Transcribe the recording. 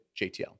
JTL